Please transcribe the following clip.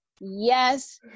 Yes